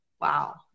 wow